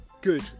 good